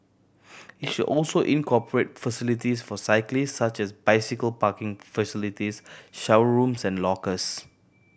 it should also incorporate facilities for cyclists such as bicycle parking facilities shower rooms and lockers